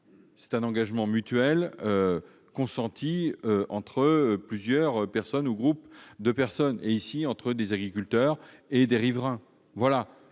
est un engagement mutuel consenti entre plusieurs personnes ou groupes de personnes, en l'occurrence entre des agriculteurs et des riverains. C'est